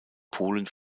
polen